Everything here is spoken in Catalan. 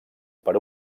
per